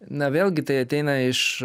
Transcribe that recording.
na vėlgi tai ateina iš